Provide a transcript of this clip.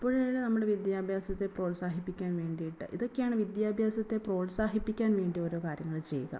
അപ്പോഴാണ് നമ്മുടെ വിദ്യാഭ്യസത്തെ പ്രോത്സാഹിപ്പിക്കാൻ വേണ്ടിയിട്ട് ഇതൊക്കെയാണ് വിദ്യാഭ്യസത്തെ പ്രോത്സാഹിപ്പിക്കാൻ വേണ്ടിയോരോ കാര്യങ്ങൾ ചെയ്യുക